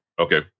Okay